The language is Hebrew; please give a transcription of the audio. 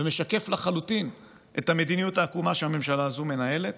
ומשקף לחלוטין את המדיניות העקומה שהממשלה הזאת מנהלת.